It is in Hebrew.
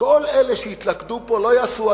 שכל אלה שהתלכדו פה לא יעשו,